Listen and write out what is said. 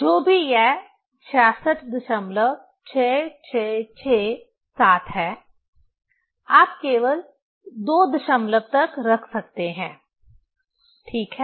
जो भी यह 666667 है आप केवल दो दशमलव तक रख सकते हैं ठीक है